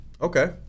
Okay